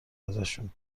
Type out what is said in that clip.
ازشون